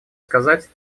сказать